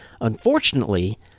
Unfortunately